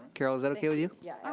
carol, is that okay with you? yeah.